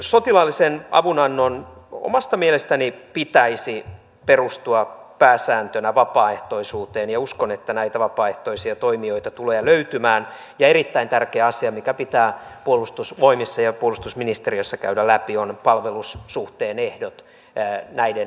sotilaallisen avunannon omasta mielestäni pitäisi perustua pääsääntöisesti vapaaehtoisuuteen ja uskon että näitä vapaaehtoisia toimijoita tulee löytymään ja erittäin tärkeä asia mikä pitää puolustusvoimissa ja puolustusministeriössä käydä läpi on palvelussuhteen ehdot näiden tehtävien osalta